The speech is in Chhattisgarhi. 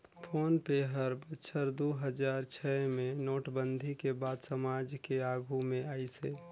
फोन पे हर बछर दू हजार छै मे नोटबंदी के बाद समाज के आघू मे आइस हे